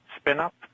spin-up